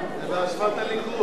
זה באשמת הליכוד.